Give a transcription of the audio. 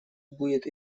будет